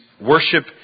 worship